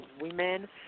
women